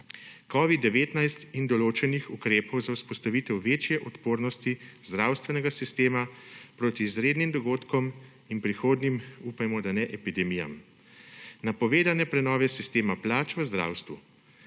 covid-19 in določenih ukrepov za vzpostavitev večje odpornosti zdravstvenega sistema proti izrednim dogodkom in prihodnjim – upajmo, da ne – epidemijam. Napovedane prenove sistema plač v zdravstvu,